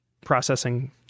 processing